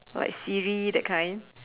like Siri that kind